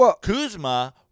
Kuzma